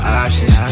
options